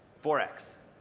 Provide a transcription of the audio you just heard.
four x!